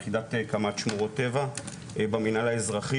יחידת קמ"ט שמורות טבע במינהל האזרחי,